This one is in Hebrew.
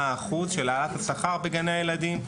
מה האחוז של העלאת השכר בגני הילדים,